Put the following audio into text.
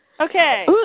Okay